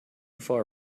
far